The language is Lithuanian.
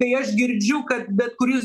tai aš girdžiu kad bet kuris